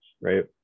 right